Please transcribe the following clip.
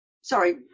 sorry